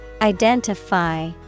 Identify